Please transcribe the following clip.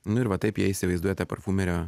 nu ir va taip jie įsivaizduoja tą parfumerio